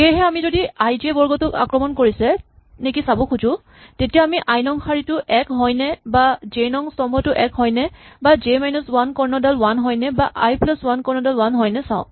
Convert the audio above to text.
সেয়েহে আমি যদি আই জে বৰ্গটোক আক্ৰমণ কৰিছে নেকি চাব খোজো তেতিয়া আমি আই নং শাৰীটো এক হয় নে বা জে নং স্তম্ভটো এক হয়নে বা জে মাইনাচ ৱান কৰ্ণডাল ৱান হয়নে বা আই প্লাচ ৱান কৰ্ণডাল ৱান হয়নে চাওঁ